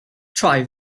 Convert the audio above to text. try